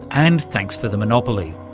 and thanks for the monopoly'.